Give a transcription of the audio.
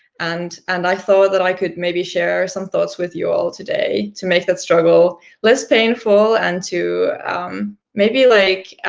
and and i thought that i could maybe share some thoughts with you all today to make that struggle less painful, and to maybe, like,